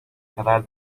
kadar